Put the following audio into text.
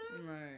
Right